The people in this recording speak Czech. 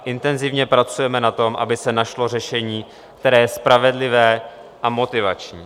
Intenzivně pracujeme na tom, aby se našlo řešení, které je spravedlivé a motivační.